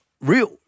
Real